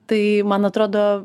tai man atrodo